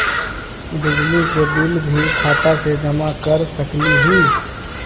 बिजली के बिल भी खाता से जमा कर सकली ही?